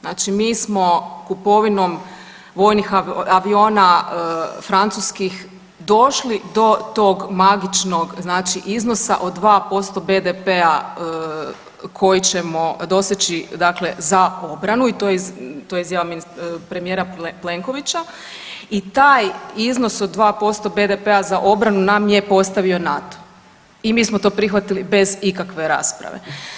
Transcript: Znači mi smo kupovinom vojnih aviona francuskih došli do tog magičnog znači iznosa od 2% BDP-a koji ćemo doseći dakle za obranu i to je izjava premijera Plenkovića i taj iznos od 2% BDP-a za obranu nam je postavio NATO i mi smo to prihvatili bez ikakve rasprave.